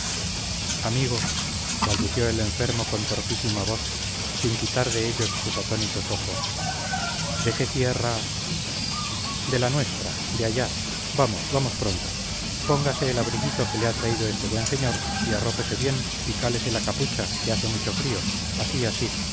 amigos balbució el enfermo con torpísima voz sin quitar de ellos sus atónitos ojos de qué tierra de la nuestra de allá vamos vamos pronto póngase el abriguito que le ha traído este buen señor y arrópese bien y cálese la capucha que hace mucho frío así así